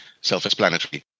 self-explanatory